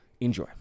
Enjoy